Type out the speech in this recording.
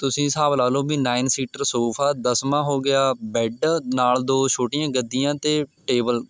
ਤੁਸੀਂ ਹਿਸਾਬ ਲਾ ਲਓ ਵੀ ਨਾਈਨ ਸੀਟਰ ਸੋਫਾ ਦਸਵਾਂ ਹੋ ਗਿਆ ਬੈੱਡ ਨਾਲ਼ ਦੋ ਛੋਟੀਆਂ ਗੱਦੀਆਂ ਅਤੇ ਟੇਬਲ